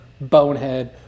bonehead